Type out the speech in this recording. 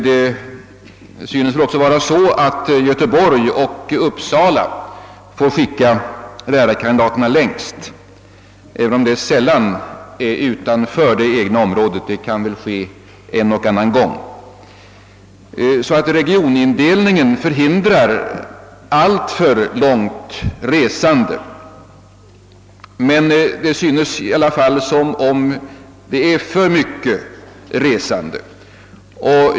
Det synes vara så att man från Göteborg och Uppsala får skicka lärarkandidaterna längst även om det sällan blir utanför det egna området — det kan väl ske en och annan gång. Regionindelningen förhindrar alltför långt resande. Men det synes i alla fall som om det är för mycket resande.